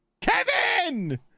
Kevin